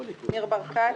ניר ברקת,